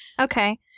Okay